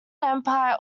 empire